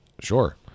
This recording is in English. Sure